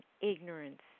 ignorance